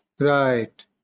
Right